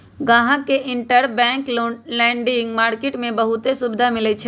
गाहक के interbank lending market में बहुते सुविधा मिलई छई